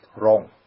Wrong